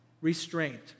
restraint